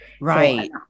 Right